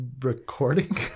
recording